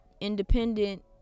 independent